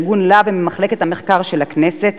מארגון לה"ב וממחלקת המחקר של הכנסת,